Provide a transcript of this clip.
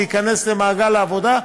להיכנס למעגל העבודה,